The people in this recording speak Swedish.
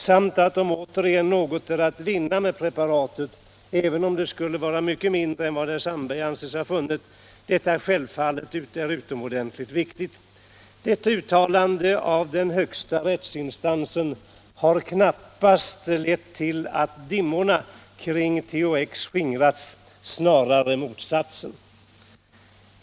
Är återigen något att vinna med preparatet — även om det skulle vara mycket mindre än vad Sandberg anser sig ha funnit — är detta självfallet utomordentligt viktigt.” Detta uttalande av den högsta rättsinstansen har knappast lett till att dimmorna kring THX skingrats. Snarare motsatsen.